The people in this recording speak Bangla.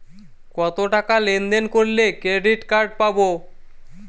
কতটাকা লেনদেন করলে ক্রেডিট কার্ড পাব?